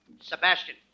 Sebastian